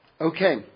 Okay